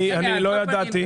אני לא ידעתי,